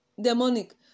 demonic